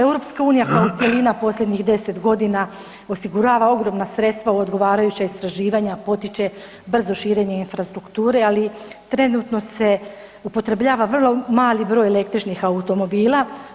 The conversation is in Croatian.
EU kao cjelina posljednjih deset godina osigurava ogromna sredstva u odgovarajuća istraživanja, potiče brzo širenje infrastrukture, ali trenutno se upotrebljava vrlo mali broj električnih automobila.